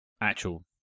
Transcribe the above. actual